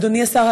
אדוני השר,